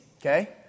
Okay